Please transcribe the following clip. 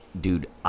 dude